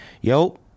yo